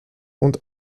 und